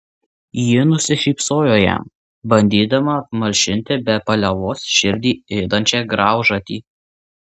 ji nusišypsojo jam bandydama apmalšinti be paliovos širdį ėdančią graužatį